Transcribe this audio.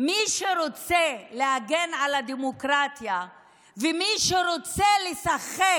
מי שרוצה להגן על הדמוקרטיה ומי שרוצה לשחק